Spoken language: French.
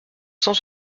cent